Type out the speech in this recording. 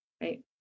Right